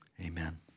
Amen